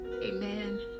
amen